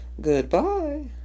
Goodbye